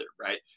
right